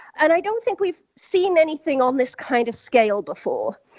and i don't think we've seen anything on this kind of scale before.